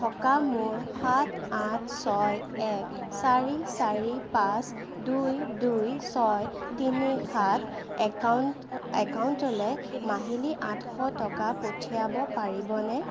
থকা মোৰ সাত আঠ ছয় এক চাৰি চাৰি পাঁচ দুই দুই ছয় তিনি সাত একাউণ্ট একাউণ্টলৈ মাহিলী আঠশ টকা পঠিয়াব পাৰিবনে